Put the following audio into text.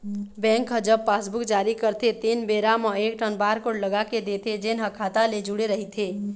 bank ह जब passbook जारी करथे तेन बेरा म एकठन बारकोड लगा के देथे जेन ह खाता ले जुड़े रहिथे